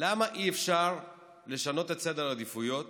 למה אי-אפשר לשנות את סדר העדיפויות